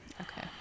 okay